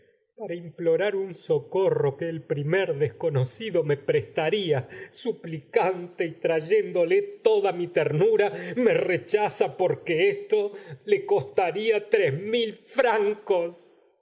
para implorar un socorro que el primer desconocido me prestaría suplicante y trayéndole toda mi ternura me rechaza porque esto le costaría tres mil francos